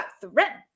threatened